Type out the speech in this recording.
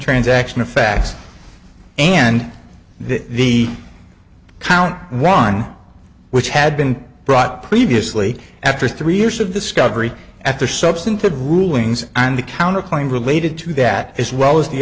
transaction are facts and the count one which had been brought previously after three years of discovery after substantive rulings and the counter claim related to that as well as the